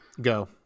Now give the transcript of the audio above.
Go